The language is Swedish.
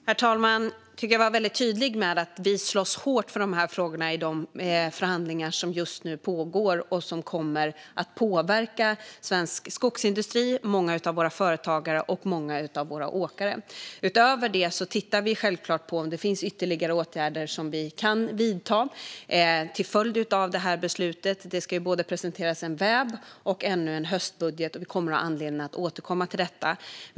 Herr talman! Jag tycker att jag var väldigt tydlig med att vi slåss hårt för dessa frågor i de förhandlingar som just nu pågår och som kommer att påverka svensk skogsindustri och många av våra företagare och åkare. Utöver detta tittar vi självfallet på om det finns ytterligare åtgärder som vi kan vidta till följd av beslutet. Det ska presenteras både en vårändringsbudget och ännu en höstbudget, och vi kommer att få anledning att återkomma till detta.